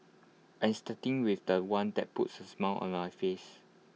I am starting with The One that puts A smile on my face